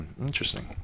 interesting